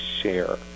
share